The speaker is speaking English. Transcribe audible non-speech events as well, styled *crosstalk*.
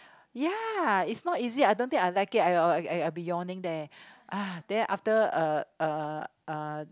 ya it's not easy I don't think I'll like it I'll be yawning there *noise* then after uh uh uh